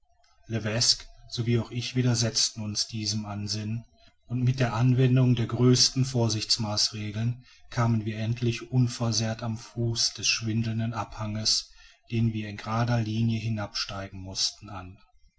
sowie auch ich widersetzten uns diesem ansinnen und mit anwendung der größten vorsichtsmaßregeln kamen wir endlich unversehrt am fuß des schwindelnden abhanges den wir in gerader linie hinab steigen mußten an